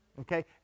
Okay